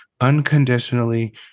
unconditionally